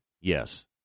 Yes